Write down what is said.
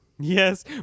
Yes